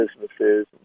businesses